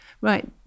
Right